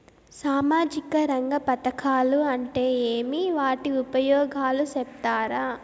సామాజిక రంగ పథకాలు అంటే ఏమి? వాటి ఉపయోగాలు సెప్తారా?